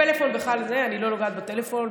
אני בכלל לא נוגעת בפלאפון,